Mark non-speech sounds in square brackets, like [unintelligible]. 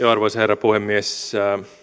[unintelligible] arvoisa puhemies